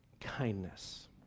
kindness